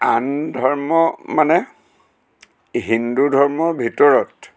আন ধৰ্ম মানে হিন্দু ধৰ্মৰ ভিতৰত